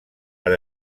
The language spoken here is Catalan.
per